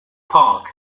park